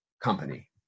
company